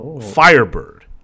Firebird